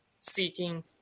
seeking